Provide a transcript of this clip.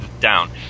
down